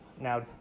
now